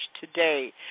today